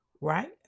right